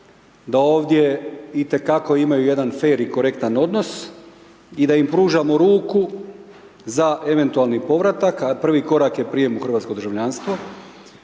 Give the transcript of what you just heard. da ovdje itekako imaju jedan fer i korektan odnos i da im pružamo ruku za eventualni povratak a privi korak je prijem u hrvatsko državljanstvo